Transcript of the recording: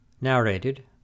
Narrated